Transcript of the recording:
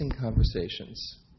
conversations